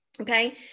okay